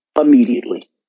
immediately